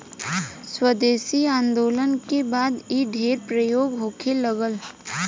स्वदेशी आन्दोलन के बाद इ ढेर प्रयोग होखे लागल